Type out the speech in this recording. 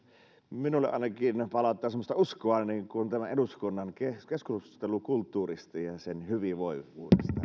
minulle ainakin palauttaa semmoista uskoa tämän eduskunnan keskustelukulttuurista ja ja sen hyvinvoivuudesta